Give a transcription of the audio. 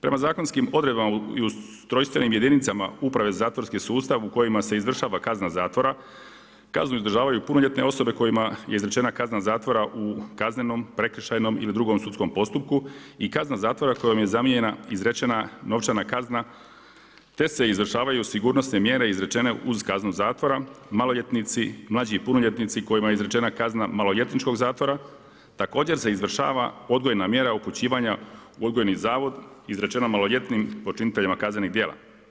Prema zakonskim odredbama i u ustrojstvenim jedinicama Uprave za zatvorski sustav u kojima se izvršava kazna zatvora kaznu izdržavaju punoljetne osobe kojima je izrečena kazna zatvora u kaznenom, prekršajnom ili drugom sudskom postupku i kazna zatvora kojom je zamijenjena izrečena novčana kazna te se izvršavaju sigurnosne mjere izrečene uz kaznu zatvora maloljetnici, mlađi punoljetnici kojima je izrečena kazna maloljetničkog zatvora također se izvršava odgojna mjera upućivanja u odgojni zavod izrečena maloljetnim počiniteljima kaznenih djela.